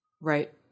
Right